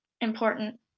important